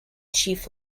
chief